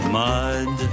mud